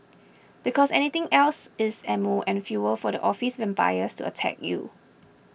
because anything else is ammo and fuel for the office vampires to attack you